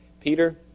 Peter